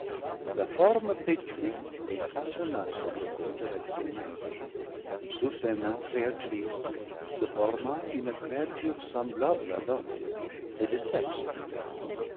la forme pétrit et façonna celte côte avec ses mains sous ses mains créatrices se forma une créature semblable à l'homme mais de sexe différent